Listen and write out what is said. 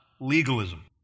legalism